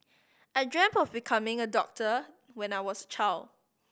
I dreamt of becoming a doctor when I was child